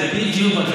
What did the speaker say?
זה בדיוק מה שעושים.